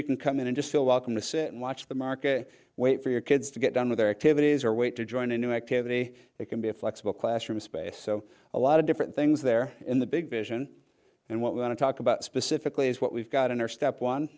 you can come in and just feel welcome to sit and watch the market wait for your kids to get done with their activities or wait to join a new activity it can be a flexible classroom space so a lot of different things there in the big vision and what we want to talk about specifically is what we've got in our step one